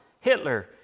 Hitler